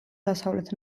დასავლეთ